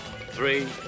three